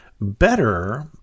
better